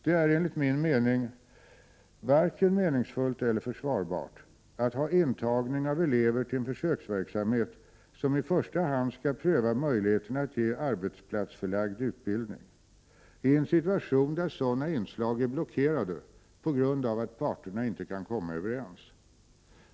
Det är enligt min mening varken meningsfullt eller försvarbart att ha intagning av elever till en försöksverksamhet som i första hand skall pröva möjligheterna att ge arbetsplatsförlagd utbildning, i en situation där sådana inslag är blockerade på grund av att parterna inte kan komma överens.